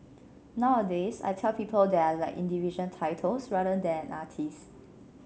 nowadays I tell people that I like individual titles rather than artist